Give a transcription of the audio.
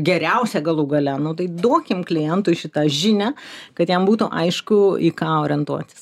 geriausia galų gale nu tai duokim klientui šitą žinią kad jam būtų aišku į ką orientuotis